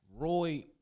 Roy